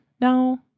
now